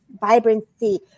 vibrancy